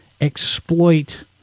exploit